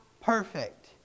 perfect